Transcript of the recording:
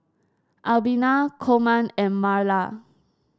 Albina Coleman and Marla